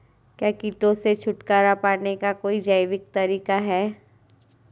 क्या कीटों से छुटकारा पाने का कोई जैविक तरीका है?